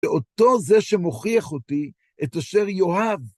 ואותו זה שמוכיח אותי את אשר יאהב.